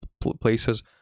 places